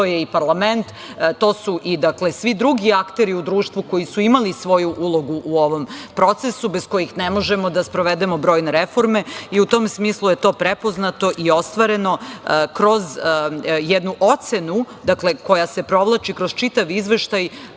to je i parlament, to su i svi drugi akteri u društvu koji su imali svoju ulogu u ovom procesu, bez kojih ne možemo da sprovedemo brojne reforme i u tom smislu je to prepoznato i ostvareno kroz jednu ocenu koja se provlači kroz čitav izveštaj,